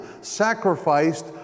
sacrificed